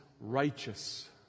righteous